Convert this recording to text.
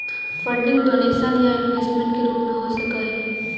funding donation या investment के रूप में हो सकऽ हई